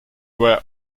were